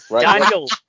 Daniel